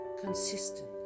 consistent